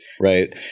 Right